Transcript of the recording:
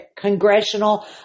congressional